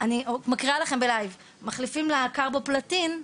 אבל אני מקריאה לכם בלייב: ״מחליפים לה קרבו פלטין״.